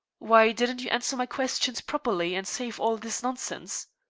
why didn't you answer my questions properly, and save all this nonsense?